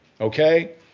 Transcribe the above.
okay